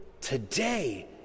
today